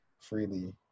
freely